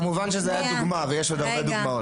כמובן שזה היה דוגמה ויש עוד הרבה דוגמאות.